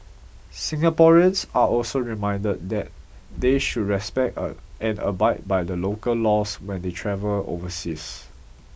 Singaporeans are also reminded that they should respect and abide by the local laws when they travel overseas